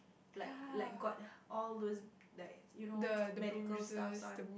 like like got all those like you know medical stuffs one